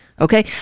Okay